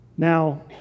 Now